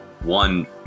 one